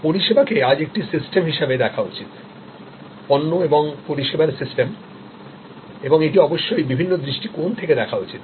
পরিষেবাকে আজ একটি সিস্টেম হিসাবে দেখা উচিতপণ্য এবং পরিষেবার সিস্টেম এবং এটি অবশ্যই বিভিন্ন দৃষ্টিকোণ থেকে দেখে নেওয়া উচিত